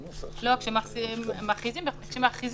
כשמכריזים,